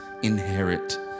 Inherit